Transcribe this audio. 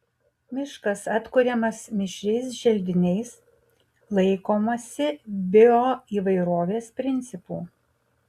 miškas atkuriamas mišriais želdiniais laikomasi bioįvairovės principų